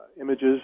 images